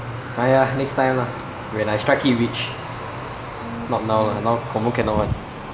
!aiya! next time lah when I strike it rich not now lah now confirm cannot [one]